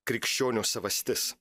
krikščionio savastis